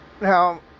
Now